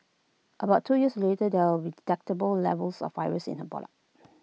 about two years later there were detectable levels of virus in her blood